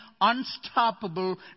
unstoppable